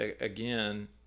again